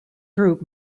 group